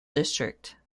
district